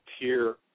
tier